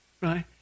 right